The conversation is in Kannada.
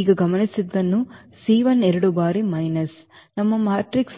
ಈಗ ಗಮನಿಸಿದ್ದನ್ನು C1 ಎರಡು ಬಾರಿ ಮೈನಸ್ ನಮ್ಮ ಮ್ಯಾಟ್ರಿಕ್ಸ್ನ ಈ ಕಾಲಮ್ 1 ಅನ್ನು ಸೂಚಿಸುತ್ತದೆ